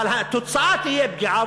אבל התוצאה תהיה פגיעה.